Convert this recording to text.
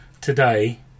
today